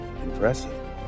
Impressive